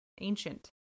ancient